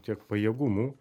tiek pajėgumų